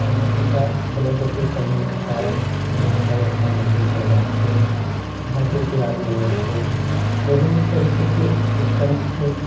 तकनीकी का गलत उपयोग करने के कारण वो गलत संगति में पड़ जाते है नशे के आदि हो जाते है विभिन्न तरीके के स्टंट